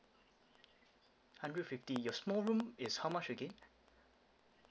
hundred fifty your small room is how much again